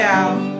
out